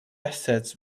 assets